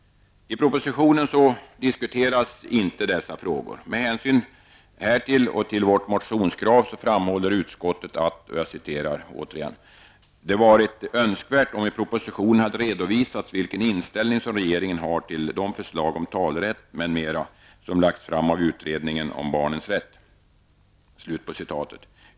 I propositonen diskuteras inte dessa frågor. Med hänsyn härtill och till vårt motionskrav framhåller utskottet: ''Enligt utskottets mening hade det varit önskvärt om i propositionen hade redovisats vilken inställning som regeringen har till de förslag om talerätt m.m. som lagts fram av utredningen om barnets rätt.''